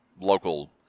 local